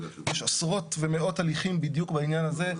יש עשרות ומאות הליכים בדיוק בעניין הזה,